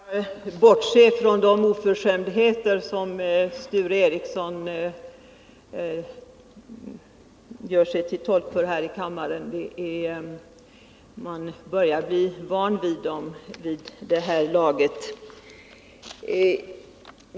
Herr talman! Jag skall bortse från de oförskämdheter som Sture Ericson uttalar här i kammaren — jag börjar vid det här laget bli van vid dem.